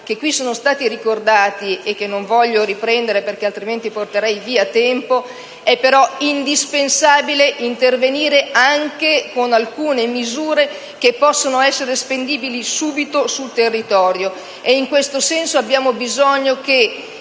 che qui sono stati ricordati - e che non voglio ripetere, altrimenti porterei via tempo - è, però, indispensabile intervenire anche con alcune misure che possano essere spendibili subito sul territorio. In questo senso, abbiamo bisogno che,